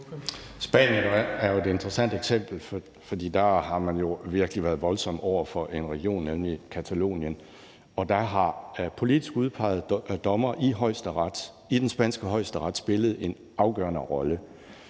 Spanien er jo et interessant eksempel. For der har man jo virkelig været voldsom over for en region, nemlig Catalonien, og der har politisk udpegede dommere i den spanske højesteret spillet en afgørende rolle.